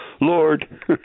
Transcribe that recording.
Lord